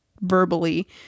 verbally